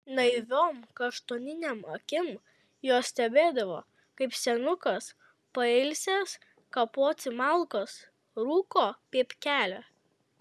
naiviom kaštoninėm akim jos stebėdavo kaip senukas pailsęs kapoti malkas rūko pypkelę